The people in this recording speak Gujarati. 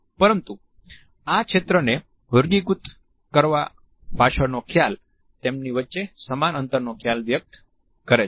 પરંતુ આ ક્ષેત્રને વર્ગીકૃત કરવા પાછળનો ખ્યાલ તેમની વચ્ચે સમાન અંતરનો ખ્યાલ વ્યક્ત કરે છે